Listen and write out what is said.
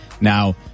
now